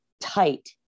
tight